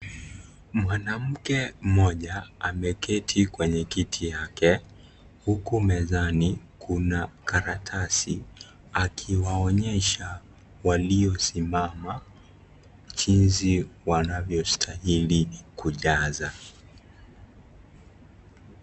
Mwanamke mmoja ameketi kwenye kiti yake, huku mezani kuna karatasi, akiwaonyesha waliosimama, jinsi wanavyostahili kujaza.